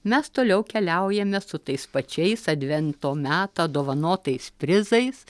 mes toliau keliaujame su tais pačiais advento metą dovanotais prizais